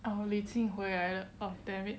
oh 狐狸精回来了 oh damn it